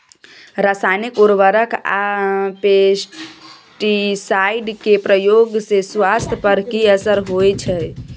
रसायनिक उर्वरक आ पेस्टिसाइड के प्रयोग से स्वास्थ्य पर कि असर होए छै?